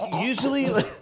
usually